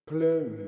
Plum